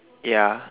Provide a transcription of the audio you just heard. ya